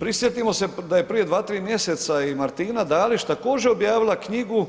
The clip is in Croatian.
Prisjetimo se da je prije 2, 3 mjeseca i Martina Dalić također objavila knjigu,